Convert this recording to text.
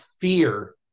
fear